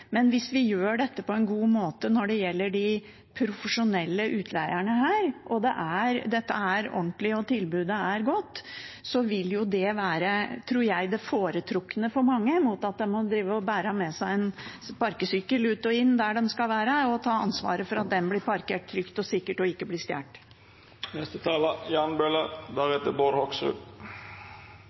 Men hvis vi gjør dette på en god måte når det gjelder de profesjonelle utleierne, og dette er ordentlig og tilbudet er godt, vil det være, tror jeg, det foretrukne for mange mot at man må drive og bære med seg en sparkesykkel ut og inn der de skal være, og ta ansvaret for at den blir parkert trygt og sikkert og ikke blir